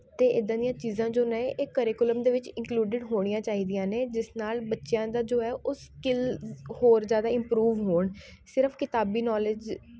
ਅਤੇ ਇੱਦਾਂ ਦੀਆਂ ਚੀਜ਼ਾਂ ਜੋ ਨੇ ਇਹ ਕਰੇਕੁਲਮ ਦੇ ਵਿੱਚ ਇੰਨਕਲੂਡਿਡ ਹੋਣੀਆਂ ਚਾਹੀਦੀਆਂ ਨੇ ਜਿਸ ਨਾਲ ਬੱਚਿਆਂ ਦਾ ਜੋ ਹੈ ਉਹ ਸਕਿੱਲਸ ਹੋਰ ਜ਼ਿਆਦਾ ਇਮਪਰੂਵ ਹੋਣ ਸਿਰਫ ਕਿਤਾਬੀ ਨੌਲੇਜ